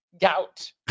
gout